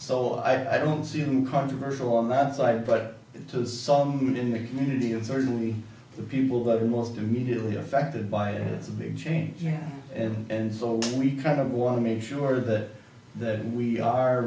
so i don't see them controversial on that side but the song in the community and certainly the people that are most immediately affected by it it's a big change yeah and so we kind of want to make sure that that we are